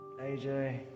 AJ